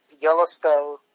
Yellowstone